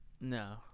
no